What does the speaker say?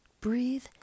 Breathe